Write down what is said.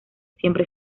siempre